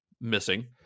missing